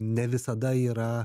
ne visada yra